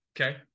Okay